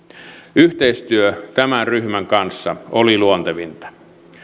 yhteistyö tämän ryhmän kanssa oli luontevinta